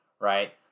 right